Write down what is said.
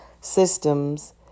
systems